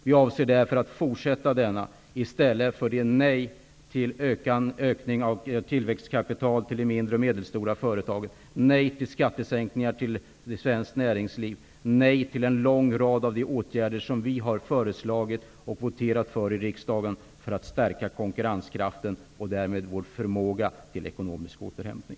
Vi avser därför att fortsätta med denna politik -- i stället för att säga nej till en ökning av tillväxtkapitalet beträffande de mindre och medelstora företagen, nej till skattesänkningar för svenskt näringsliv och nej till en lång rad åtgärder som vi har föreslagit och voterat för i riksdagen i syfte att stärka konkurrenskraften och därmed vår förmåga till ekonomisk återhämtning.